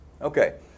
Okay